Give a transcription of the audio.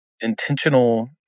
intentional